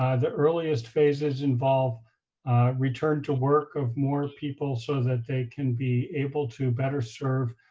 the earliest phases involve return to work of more people so that they can be able to better serve